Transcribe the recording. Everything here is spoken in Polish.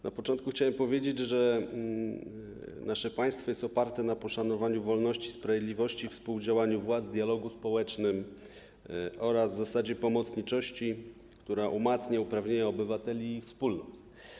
Na początku chciałem powiedzieć, że nasze państwo jest oparte na poszanowaniu wolności i sprawiedliwości, na współdziałaniu władz w dialogu społecznym oraz na zasadzie pomocniczości, która umacnia uprawnienia obywateli i ich wspólnot.